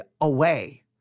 away